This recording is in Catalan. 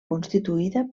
constituïda